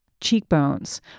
cheekbones